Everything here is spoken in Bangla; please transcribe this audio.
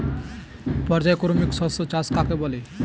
পর্যায়ক্রমিক শস্য চাষ কাকে বলে?